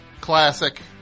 Classic